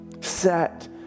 Set